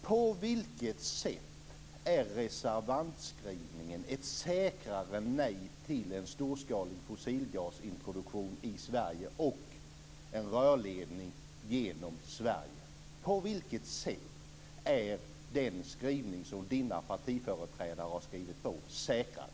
På vilket sätt är reservantskrivningen ett säkrare nej till en storskalig fossilgasintroduktion i Sverige och en rörledning genom Sverige? På vilket sätt är den skrivning som Harald Bergströms partiföreträdare har skrivit på säkrare?